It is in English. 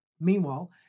Meanwhile